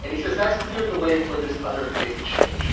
and he says that's cleared the way for this other big change